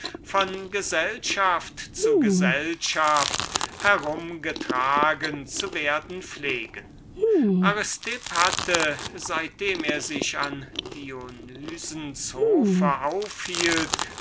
von gesellschaft zu gesellschaft herumgetragen zu werden pflegen aristipp hatte in der kurzen zeit seit dem er sich an dionysens hofe aufhielt